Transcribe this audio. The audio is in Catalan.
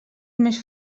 més